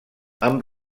amb